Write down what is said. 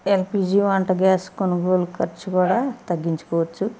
LPG వంట gas కొనుగోలు ఖర్చు కూడా తగ్గించుకోవచ్చు